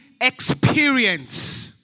Experience